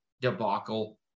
debacle